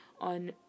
on